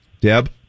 Deb